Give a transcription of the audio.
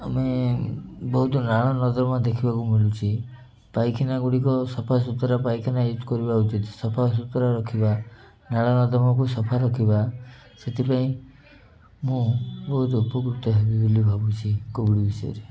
ଆମେ ବହୁତ ନାଳ ନର୍ଦ୍ଦମା ଦେଖିବାକୁ ମିଳୁଛି ପାଇଖାନା ଗୁଡ଼ିକ ସଫାସୁତୁରା ପାଇଖାନା ୟୁଜ୍ କରିବା ଉଚିତ ସଫାସୁତୁରା ରଖିବା ନାଳ ନର୍ଦ୍ଦମାକୁ ସଫା ରଖିବା ସେଥିପାଇଁ ମୁଁ ବହୁତ ଉପକୃତ ହେବି ବୋଲି ଭାବୁଛି କୋଭିଡ଼ ବିଷୟରେ